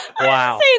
Wow